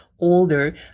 older